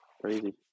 Crazy